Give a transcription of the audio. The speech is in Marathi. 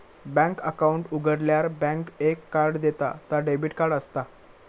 बॅन्क अकाउंट उघाडल्यार बॅन्क एक कार्ड देता ता डेबिट कार्ड असता